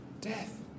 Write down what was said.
death